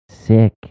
sick